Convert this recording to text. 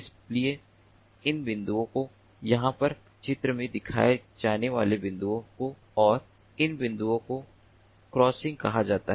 इसलिए इन बिंदुओं को यहाँ पर चित्र में दिखाए जाने वाले बिंदुओं को और इन बिंदुओं को क्रॉसिंग कहा जाता है